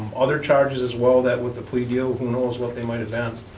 other charges as well that with the plea deal, who knows what they might've been.